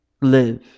live